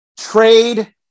trade